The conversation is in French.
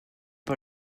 pas